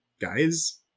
guys